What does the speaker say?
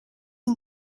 een